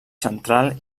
central